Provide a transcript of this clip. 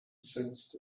sensed